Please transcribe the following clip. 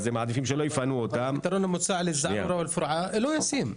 והם מעדיפים שלא יפנו אותם --- הפתרון המוצע לאל-פורעה הוא לא ישים.